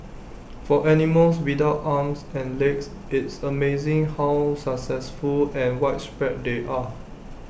for animals without arms and legs it's amazing how successful and widespread they are